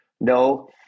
no